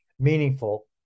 meaningful